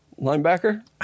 linebacker